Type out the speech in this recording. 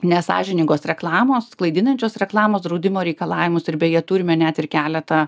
nesąžiningos reklamos klaidinančios reklamos draudimo reikalavimus ir beje turime net ir keletą